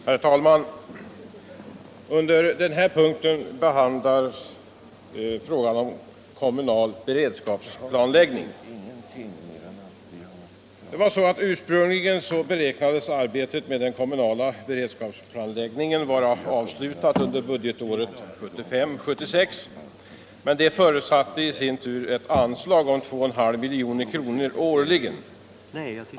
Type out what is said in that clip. Herr talman! Under den här punkten behandlas frågan om kommunal beredskapsplanläggning. Ursprungligen beräknades arbetet med den kommunala beredskapsplanläggningen vara avslutat under budgetåret 1975/76. Detta förutsatte i sin tur ett anslag på 2,5 milj.kr. årligen.